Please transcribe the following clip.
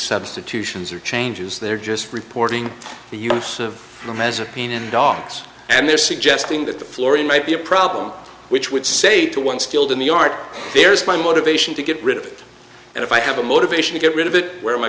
substitutions or changes they're just reporting the use of the measured pain in dogs and they're suggesting that the flooring might be a problem which would say to one skilled in the art there's my motivation to get rid of it and if i have a motivation to get rid of it where am i